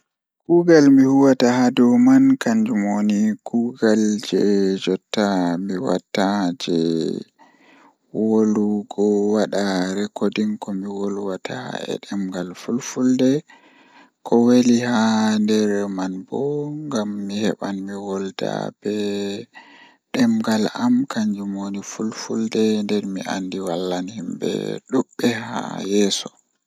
Kuugal jei mi huwata hadow mai kannjum woni kuugal jei mi huwata jotta Miɗo waɗi ko project ngal ko Maasina Fulfulde, miɗo jooɗi e hoore ndee, sabu ko ndiyam saɗi e daɗɗo. Miɗo yeddi ɗum ngam ƴamde sabu o wayi mi aɗa fotndi tiiɗe kadi heɓude faama ngol. Ko waɗi faama sabu e hoore ngal miɗo naftu gollal